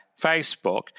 Facebook